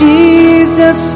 Jesus